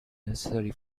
necessary